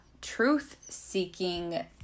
truth-seeking